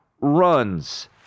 runs